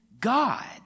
God